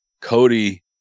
Cody